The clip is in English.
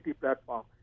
platform